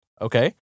Okay